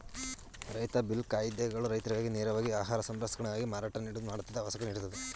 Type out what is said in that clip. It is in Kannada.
ರೈತ ಬಿಲ್ ಕಾಯಿದೆಗಳು ರೈತರಿಗೆ ನೇರವಾಗಿ ಆಹಾರ ಸಂಸ್ಕರಣಗಾರಕ್ಕೆ ಮಾರಾಟ ಮಾಡಲು ಅವಕಾಶ ನೀಡುತ್ವೆ